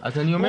לעבודה,